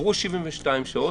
עברו 72 שעות,